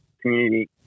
community